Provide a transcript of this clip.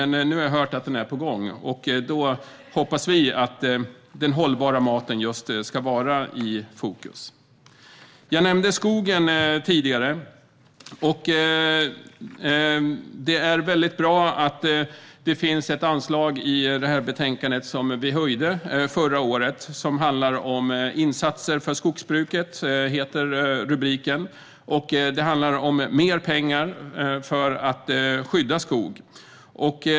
Nu har jag dock hört att den är på gång, och då hoppas vi att den hållbara maten ska vara i fokus. Jag nämnde skogen tidigare. Det är väldigt bra att det finns ett anslag - som vi höjde förra året - i detta betänkande som handlar om insatser för skogsbruket. Det handlar om mer pengar för att skydda skog.